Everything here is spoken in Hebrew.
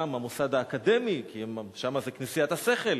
גם המוסד האקדמי, שם זה "כנסיית השכל",